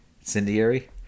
incendiary